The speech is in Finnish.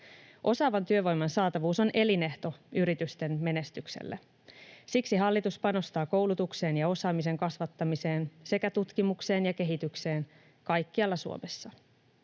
Osaavan työvoiman saatavuus on elinehto yritysten menestykselle. Siksi hallitus panostaa koulutukseen ja osaamisen kasvattamiseen sekä tutkimukseen ja kehitykseen kaikkialla Suomessa.